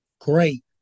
great